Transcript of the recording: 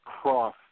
cross